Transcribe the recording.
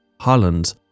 Holland